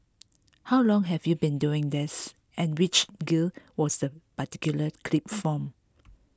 how long have you been doing this and which gig was this particular clip from